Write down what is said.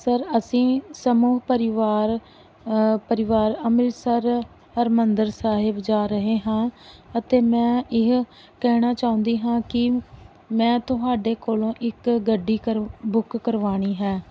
sir ਅਸੀਂ ਸਮੂਹ ਪਰਿਵਾਰ ਪਰਿਵਾਰ ਅੰਮ੍ਰਿਤਸਰ ਹਰਿਮੰਦਰ ਸਾਹਿਬ ਜਾ ਰਹੇ ਹਾਂ ਅਤੇ ਮੈਂ ਇਹ ਕਹਿਣਾ ਚਾਹੁੰਦੀ ਹਾਂ ਕਿ ਮੈਂ ਤੁਹਾਡੇ ਕੋਲੋਂ ਇੱਕ ਗੱਡੀ ਕਰਾ ਬੁੱਕ ਕਰਵਾਉਣੀ ਹੈ